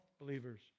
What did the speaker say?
believers